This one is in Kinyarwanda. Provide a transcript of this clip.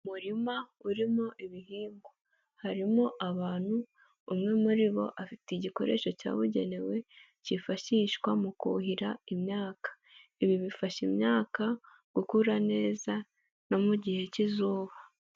Umurima urimo ibihingwa. Harimo abantu, umwe muri bo afite igikoresho cyabugenewe kifashishwa mu kuhira imyaka. Ibi bifasha imyaka gukura neza no mu gihe k'izuba.